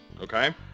okay